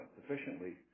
sufficiently